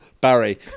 Barry